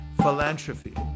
philanthropy